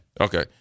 Okay